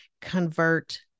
convert